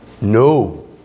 No